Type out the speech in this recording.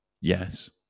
Yes